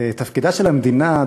תפקידה של המדינה,